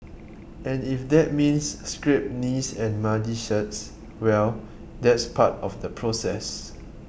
and if that means scraped knees and muddy shirts well that's part of the process